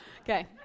Okay